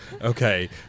Okay